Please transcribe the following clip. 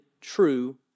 true